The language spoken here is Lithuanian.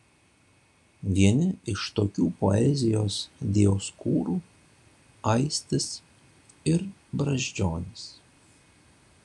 vieni iš tokių poezijos dioskūrų aistis ir brazdžionis